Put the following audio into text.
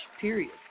Period